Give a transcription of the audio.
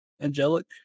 angelic